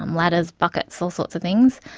um ladders, buckets, all sorts of things.